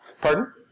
Pardon